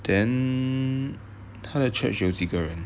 then 他的 church 有几个人